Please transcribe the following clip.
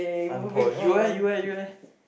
I'm poor you eh you eh you eh